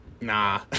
nah